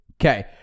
okay